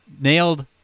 nailed